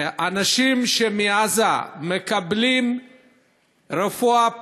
שמשפחות מעזה מקבלים רפואי בישראל,